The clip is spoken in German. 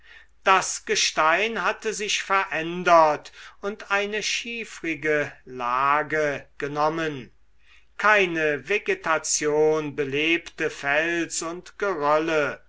das gestein hatte sich verändert und eine schiefrige lage genommen keine vegetation belebte fels und gerölle